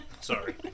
sorry